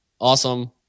Awesome